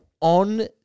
on